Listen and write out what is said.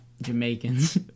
jamaicans